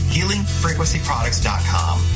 HealingFrequencyProducts.com